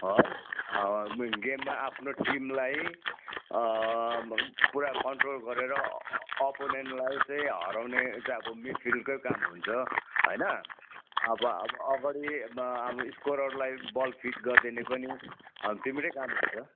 है गेममा आफ्नो टिमलाई पुरा कन्ट्रोल गरेर अपोनेन्टलाई चाहिँ हराउने अब मिड फिल्डकै काम हुन्छ होइन अब अब अगाडि स्कोररहरूलाई बल फिट गरिदिने पनि तिम्रै काम हुन्छ